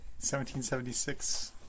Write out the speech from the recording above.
1776